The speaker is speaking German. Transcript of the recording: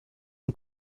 und